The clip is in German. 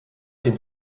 dem